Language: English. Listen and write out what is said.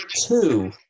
two